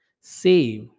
save